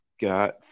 got